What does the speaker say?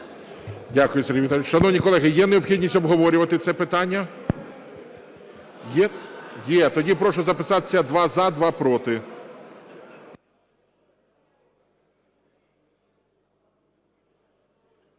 Дякую, Сергій Віталійович. Шановні колеги, є необхідність обговорювати це питання? Є? Є. Тоді прошу записатися: два – за, два – проти.